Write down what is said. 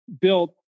built